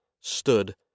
stood